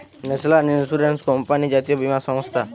national Insurance Company জাতীয় বীমা সংস্থা